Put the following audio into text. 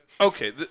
Okay